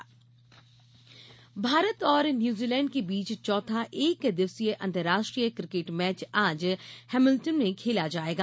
cricket Bharat और New Zealand के बीच चौथा एक दिवसीय अंतर्राष्ट्रीय क्रिकेट मैच आज हेमिल्टंन में खेला जायेगा